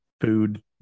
food